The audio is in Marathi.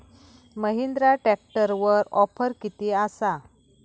महिंद्रा ट्रॅकटरवर ऑफर किती आसा?